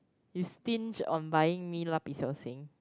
you stinge on buying me la pi xiao xing